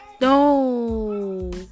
No